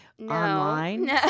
Online